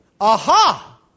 Aha